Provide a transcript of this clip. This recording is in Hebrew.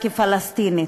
כפלסטינית.